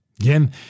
again